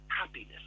happiness